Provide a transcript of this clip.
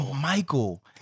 Michael